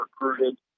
recruited